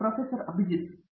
professor Abhijit P